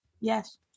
yes